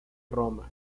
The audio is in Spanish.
roma